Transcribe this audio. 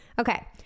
okay